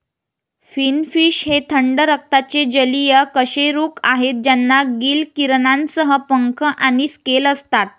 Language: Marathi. फिनफिश हे थंड रक्ताचे जलीय कशेरुक आहेत ज्यांना गिल किरणांसह पंख आणि स्केल असतात